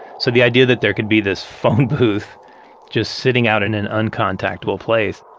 so the idea that there could be this phone booth just sitting out in an un-contactable place,